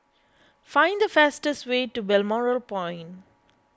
find the fastest way to Balmoral Point